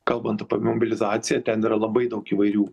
kalbant apie mobilizaciją ten yra labai daug įvairių